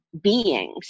beings